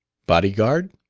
body-guard?